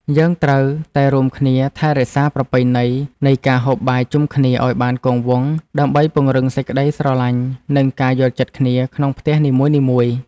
យើងត្រូវតែរួមគ្នាថែរក្សាប្រពៃណីនៃការហូបបាយជុំគ្នាឲ្យបានគង់វង្សដើម្បីពង្រឹងសេចក្តីស្រលាញ់និងការយល់ចិត្តគ្នាក្នុងផ្ទះនីមួយៗ។